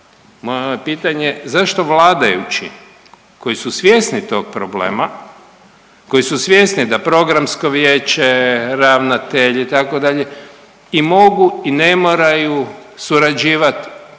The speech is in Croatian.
je pitanje. Zašto vladajući koji su svjesni toga problema, koji su svjesni da Programsko vijeće, ravnatelj itd. i mogu i ne moraju surađivati